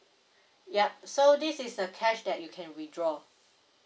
yup so this is the cash that you can withdraw